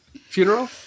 funeral